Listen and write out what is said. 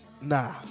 Nah